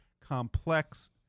complex